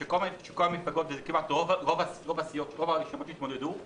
כשרוב הרשימות שהתמודדו,